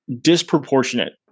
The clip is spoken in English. disproportionate